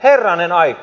herranen aika